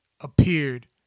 appeared